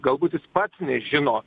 galbūt jis pats nežino